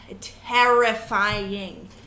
terrifying